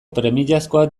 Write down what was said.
premiazkoak